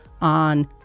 on